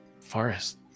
forest